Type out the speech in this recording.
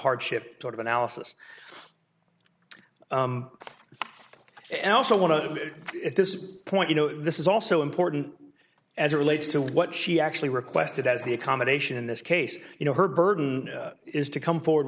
hardship sort of analysis and also want to at this point you know this is also important as it relates to what she actually requested as the accommodation in this case you know her burden is to come forward